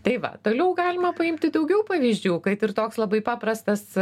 tai va toliau galima paimti daugiau pavyzdžių kad ir toks labai paprastas